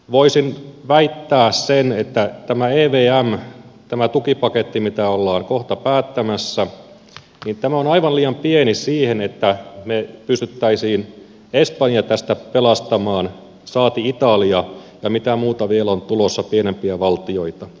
voisin väittää että tämä evm tämä tukipaketti mistä ollaan kohta päättämässä on aivan liian pieni siihen että me pystyisimme espanjan tästä pelastamaan saati italian ja mitä muita vielä on tulossa pienempiä valtioita